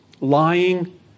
lying